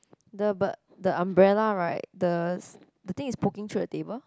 the but the umbrella right the the thing is poking through the table